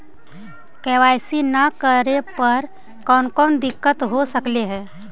KYC न करे पर कौन कौन दिक्कत हो सकले हे?